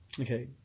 Okay